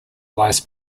lies